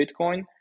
Bitcoin